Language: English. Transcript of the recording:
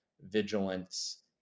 vigilance